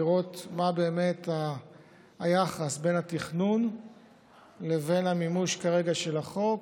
לראות מה באמת היחס בין התכנון לבין המימוש כרגע של החוק,